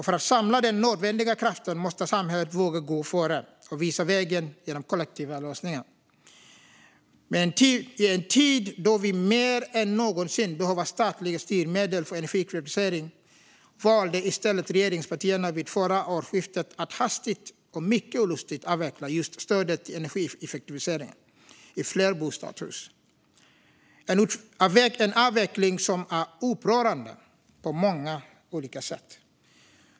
För att samla den nödvändiga kraften måste samhället våga gå före och visa vägen genom kollektiva lösningar. Men i en tid då vi mer än någonsin behöver statliga styrmedel för energieffektivisering valde regeringspartierna i stället vid förra årsskiftet att hastigt och mycket olustigt avveckla just stödet till energieffektivisering i flerbostadshus. Det är en avveckling som är upprörande på många sätt.